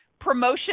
Promotion